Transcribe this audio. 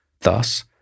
Thus